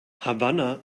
havanna